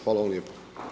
Hvala vam lijepo.